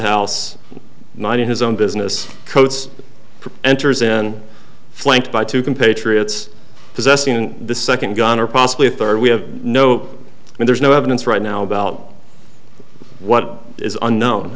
house not in his own business codes enters in flanked by two compatriots possessing the second gun or possibly a third we have no and there's no evidence right now about what is unknown